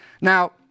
Now